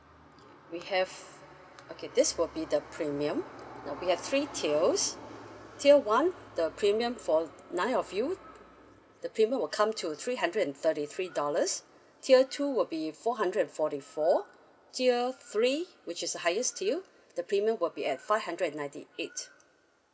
we have okay this will be the premium now we have three tiers tier one the premium for nine of you the premium will come to three hundred and thirty three dollars tier two will be four hundred and forty four tier three which is highest tier the premium will be at five hundred and ninety eight